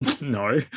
No